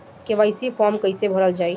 KYC form कइसे भरल जाइ?